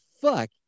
fuck